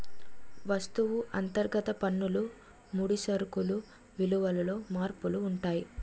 వస్తువు అంతర్గత పన్నులు ముడి సరుకులు విలువలలో మార్పులు ఉంటాయి